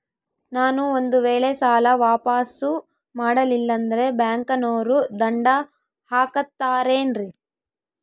ನಾನು ಒಂದು ವೇಳೆ ಸಾಲ ವಾಪಾಸ್ಸು ಮಾಡಲಿಲ್ಲಂದ್ರೆ ಬ್ಯಾಂಕನೋರು ದಂಡ ಹಾಕತ್ತಾರೇನ್ರಿ?